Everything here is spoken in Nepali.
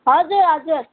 हजुर हजुर